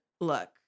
Look